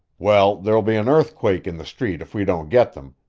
well, there'll be an earthquake in the street if we don't get them,